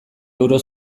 euro